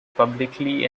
publicly